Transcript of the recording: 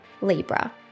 Libra